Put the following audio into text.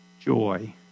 joy